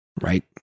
Right